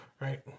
Right